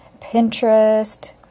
Pinterest